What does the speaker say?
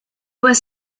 was